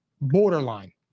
borderline